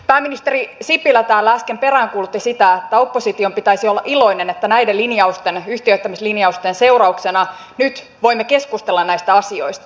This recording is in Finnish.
pääministeri sipilä äsken täällä peräänkuulutti sitä että opposition pitäisi olla iloinen että näiden yhtiöittämislinjausten seurauksena nyt voimme keskustella näistä asioista